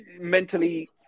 mentally